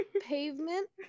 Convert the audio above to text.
pavement